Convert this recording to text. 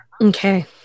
Okay